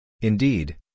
Indeed